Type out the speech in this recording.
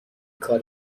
کار